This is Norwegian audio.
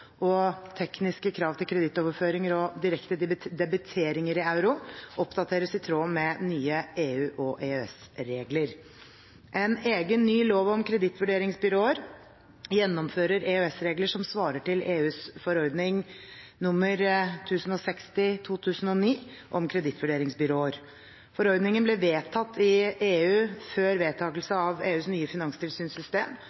og tekniske krav til kredittoverføringer og direkte debiteringer i euro, oppdateres i tråd med nye EU- og EØS-regler. En egen ny lov om kredittvurderingsbyråer gjennomfører EØS-regler som svarer til EUs forordning nr. 1060/2009, CRA I, om kredittvurderingsbyråer. Forordningen ble vedtatt i EU før